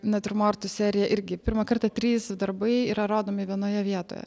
natiurmortų serija irgi pirmą kartą trys darbai yra rodomi vienoje vietoje